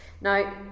Now